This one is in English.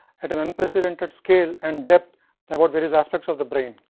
at an unprecedented scale and depth about various aspects of the brain.